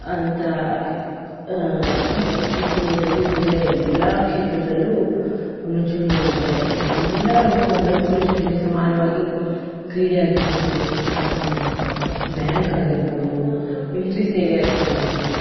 ಅಂತ ಈಗ ಇತ್ತೀಚಿನ ಇದರಲ್ಲಿ ಮಹಿಳೆಯರು ಎಲ್ಲ ಕ್ಷೇತ್ರದಲ್ಲೂ ಮುಂಚೂಣಿಯಲ್ಲಿದ್ದಾರೆ ಎಲ್ಲ ವಿಭಾಗದಲ್ಲೂ ಪುರುಷರಿಗೆ ಸಮಾನವಾಗಿ ಕ್ರೀಡೆ ಆಗಿರಬಹುದು ಬ್ಯಾಂಕ್ ಆಗಿರಬಹ್ದು ಮಿಲ್ಟ್ರಿ ಸೇವೆ ಆಗಿರಬಹುದು